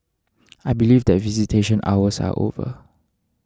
I believe that visitation hours are over